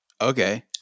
Okay